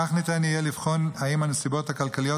כך ניתן יהיה לבחון אם הנסיבות הכלכליות